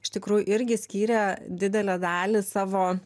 iš tikrųjų irgi skyrė didelę dalį savo